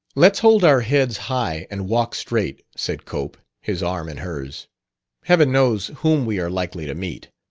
let's hold our heads high and walk straight, said cope, his arm in hers heaven knows whom we are likely to meet.